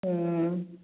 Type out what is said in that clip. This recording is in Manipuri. ꯎꯝ